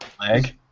leg